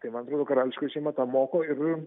tai man atrodo karališkoji šeima tą moko ir